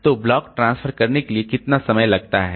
तो block transfer करने के लिए कितना समय लगता है